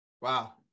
Wow